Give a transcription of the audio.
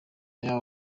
yaba